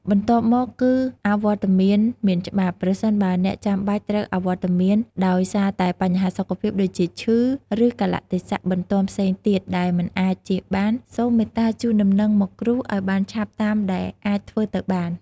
បន្ទាប់មកគឺ អវត្តមានមានច្បាប់ ប្រសិនបើអ្នកចាំបាច់ត្រូវអវត្តមានដោយសារតែបញ្ហាសុខភាព ដូចជា ឈឺ ឬកាលៈទេសៈបន្ទាន់ផ្សេងទៀតដែលមិនអាចជៀសបាន សូមមេត្តា ជូនដំណឹងដល់គ្រូ ឱ្យបានឆាប់តាមដែលអាចធ្វើទៅបាន។